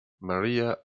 maría